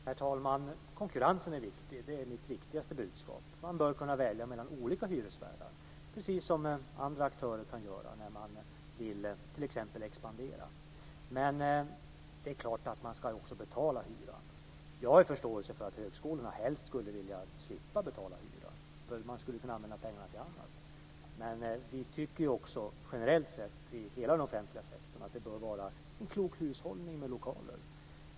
Herr talman! Konkurrensen är viktig, det är mitt angelägnaste budskap. Man bör kunna välja mellan olika hyresvärdar, precis som andra aktörer kan göra t.ex. om de vill expandera. Det är klart att man ska betala hyra. Jag har förståelse för att högskolorna helst skulle vilja slippa det. De skulle kunna använda pengarna till annat. Men generellt i hela den offentliga sektorn bör det vara en klok hushållning med lokaler.